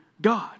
God